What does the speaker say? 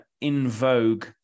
in-vogue